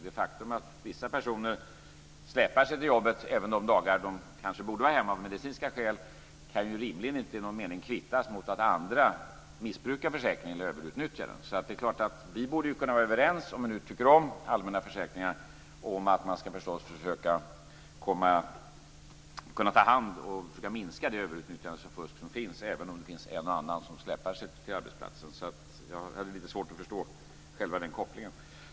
Det faktum att vissa personer släpar sig till jobbet även de dagar de kanske borde vara hemma av medicinska skäl kan rimligen inte kvittas mot att andra missbrukar försäkringen eller överutnyttjar den. Vi borde kunna vara överens, om vi nu tycker om allmänna försäkringar, om att man ska ta hand om och försöka minska det överutnyttjande och fusk som finns, även om en och annan släpar sig till arbetsplatsen. Jag har lite svårt att förstå den kopplingen.